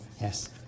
Yes